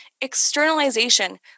externalization